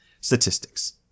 Statistics